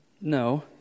No